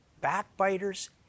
backbiters